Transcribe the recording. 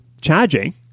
charging